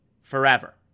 forever